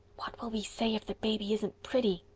what will we say if the baby isn't pretty?